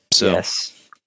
Yes